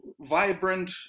vibrant